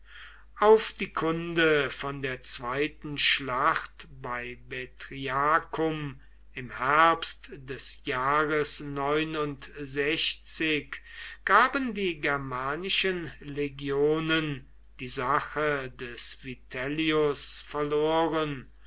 auf die kunde von der zweiten schlacht bei betriacum im herbst des jahres gaben die germanischen legionen die sache des vitellius verloren